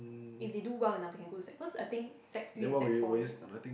if they do well enough they can go to sec cause I think sec three and sec four you need some